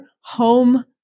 home